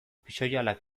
pixoihalak